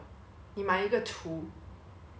一个大大的那种衣衣柜你知道 mah